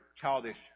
childish